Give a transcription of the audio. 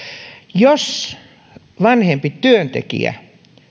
jos vanhempi työntekijä